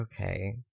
okay